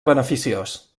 beneficiós